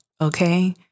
Okay